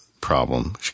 problem